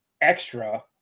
extra